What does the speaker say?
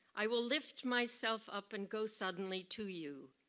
i will lift myself up and go suddenly to you.